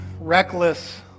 reckless